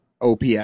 OPS